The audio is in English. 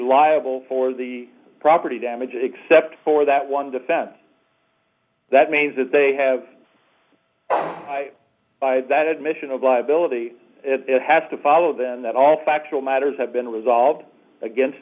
liable for the property damage except for that one defense that means that they have by that admission of liability has to follow then that all factual matters have been resolved against